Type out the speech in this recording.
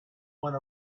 went